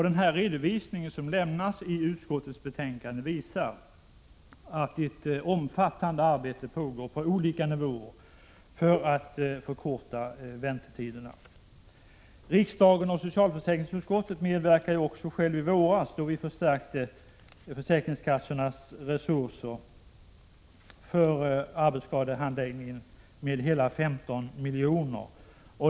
Den redovisning som lämnas i utskottets betänkande visar att ett omfattande arbete pågår på olika nivåer för att förkorta väntetiderna. Riksdagen och socialförsäkringsutskottet medverkade i våras i dessa sammanhang, då vi förstärkte försäkringskassornas resurser för arbetsskadehandläggningen med hela 15 miljoner.